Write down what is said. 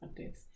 updates